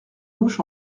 gauche